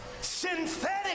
synthetic